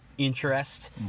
interest